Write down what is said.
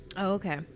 okay